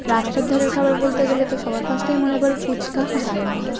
রাস্তার ধারের খাবার বলতে গেলে তো সবার ফার্স্টেই মনে পড়বে ফুচকা ঝালমুড়ি